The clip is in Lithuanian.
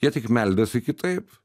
jie tik meldžiasi kitaip